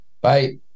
bye